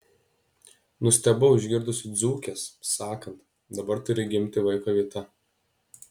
nustebau išgirdusi dzūkes sakant dabar turi gimti vaiko vieta